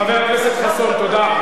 חבר הכנסת חסון, תודה.